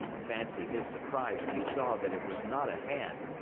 fancy his surprise when he saw that it was not a hand,